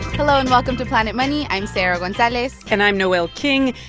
hello, and welcome to planet money. i'm sarah gonzalez and i'm noel king.